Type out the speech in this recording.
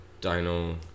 dino